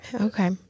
Okay